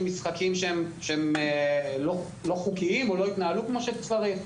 משחקים לא חוקיים או שהתנהלו שלא כמו שצריך.